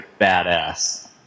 badass